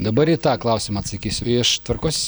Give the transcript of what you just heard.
dabar į tą klausimą atsakysiu iš tvarkos